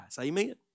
Amen